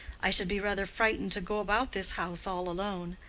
i should be rather frightened to go about this house all alone.